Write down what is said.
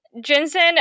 Jensen